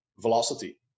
Velocity